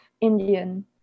Indian